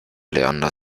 leander